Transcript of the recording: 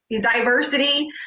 diversity